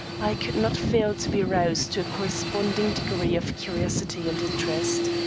i could not fail to be roused to a corresponding degree of curiosity and interest.